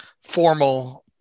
formal